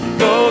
go